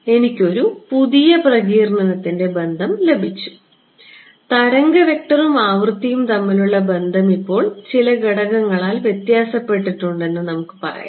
എനിക്ക് ഒരു പുതിയ പ്രകീർണനത്തിൻറെ ബന്ധം ലഭിച്ചു തരംഗ വെക്റ്ററും ആവൃത്തിയും തമ്മിലുള്ള ബന്ധം ഇപ്പോൾ ചില ഘടകങ്ങളാൽ വ്യത്യാസപ്പെട്ടിട്ടുണ്ടെന്ന് നമുക്ക് പറയാം